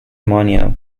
mania